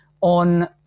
on